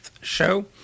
show